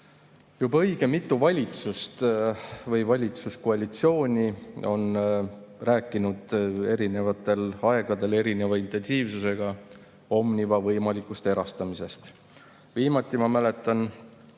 Juba õige mitu valitsust või valitsuskoalitsiooni on rääkinud erinevatel aegadel erineva intensiivsusega Omniva võimalikust erastamisest. Viimati, ma mäletan,